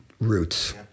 roots